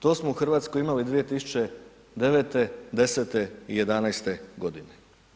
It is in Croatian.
To smo u Hrvatskoj imali 2009., 2010. i 2011. godine.